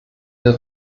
der